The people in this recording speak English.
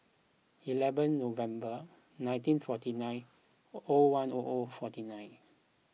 eleven November nineteen forty nine O one O O forty nine